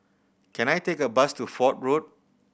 can I take a bus to Fort Road